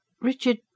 Richard